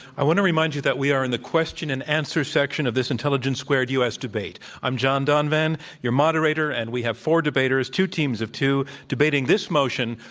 and remind you that we are in the question and answer section of this intelligence squared u. s. debate. i'm john donvan, your moderator, and we have four debaters two teams of two debating this motion,